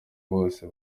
bose